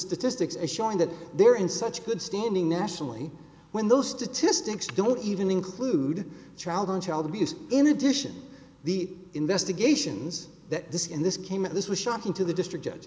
statistics as showing that they're in such good standing nationally when those statistics don't even include child on child abuse in addition the investigations that this in this came at this was shocking to the district judge